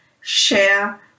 share